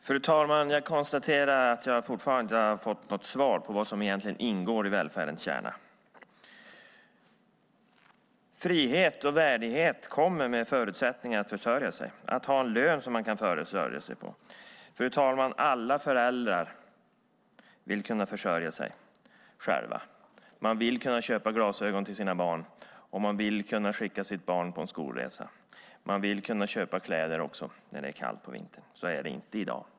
Fru talman! Jag konstaterar att jag fortfarande inte har fått något svar på vad som egentligen ingår i välfärdens kärna. Frihet och värdighet kommer med förutsättningen att försörja sig, att ha en lön som man kan försörja sig på. Fru talman! Alla föräldrar vill kunna försörja sig själva. Man vill kunna köpa glasögon till sina barn. Man vill kunna skicka sitt barn på en skolresa. Man vill också kunna köpa kläder när det är kallt på vintern. Så är det inte i dag.